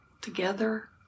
together